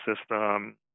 system